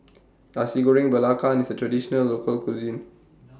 Nasi Goreng Belacan IS A Traditional Local Cuisine